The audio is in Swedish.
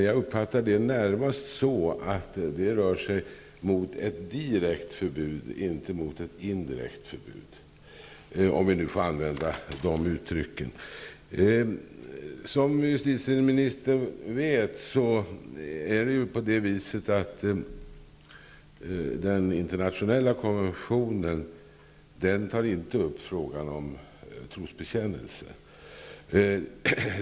Jag uppfattar att det rör sig mot ett direkt förbud och inte mot ett indirekt förbud -- om jag får använda de uttrycken. Justitieministern vet att den internationella konventionen inte tar upp frågan om trosbekännelse.